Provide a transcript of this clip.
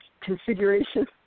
configuration